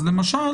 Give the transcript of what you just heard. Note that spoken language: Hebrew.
אז למשל,